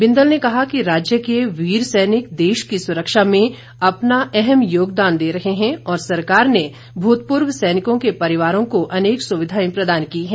बिंदल ने कहा कि राज्य के वीर सैनिक देश की सुरक्षा में अपना अहम् योगदान दे रहे हैं और सरकार ने भूतपूर्व सैनिकों के परिवारों को अनेक सुविधाएं प्रदान की हैं